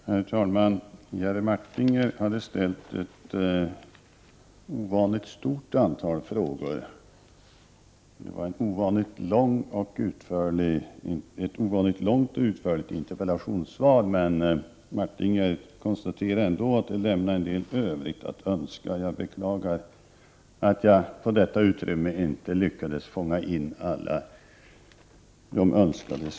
Herr talman! Jerry Martinger ställde ett ovanligt stort antal frågor. Interpellationssvaret var ovanligt långt och utförligt, men Jerry Martinger konstaterade ändå att det lämnar en del övrigt att önska. Jag beklagar att jag på detta utrymme inte lyckades fånga in alla svar som önskades.